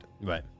Right